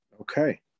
Okay